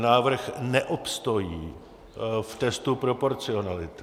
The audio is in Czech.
Návrh neobstojí v testu proporcionality.